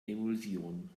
emulsion